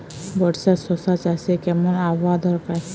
বর্ষার শশা চাষে কেমন আবহাওয়া দরকার?